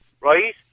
right